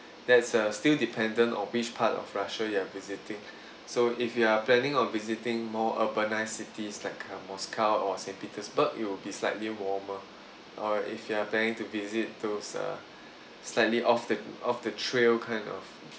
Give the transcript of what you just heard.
that's uh still dependent on which part of russia you are visiting so if you are planning on visiting more urbanised cities like kind of moscow or saint petersburg it'll be slightly warmer or if you are planning to visit those uh slightly off the off the trail kind of